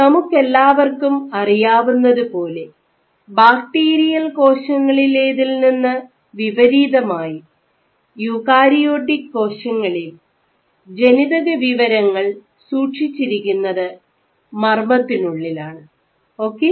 നമുക്കെല്ലാവർക്കും അറിയാവുന്നതുപോലെ ബാക്ടീരിയൽ കോശങ്ങളിലേതിൽ നിന്ന് വിപരീതമായി യൂക്കാരിയോട്ടിക് കോശങ്ങളിൽ ജനിതക വിവരങ്ങൾ സൂക്ഷിച്ചിരിക്കുന്നത് മർമ്മത്തിനുള്ളിലാണ് ഓക്കേ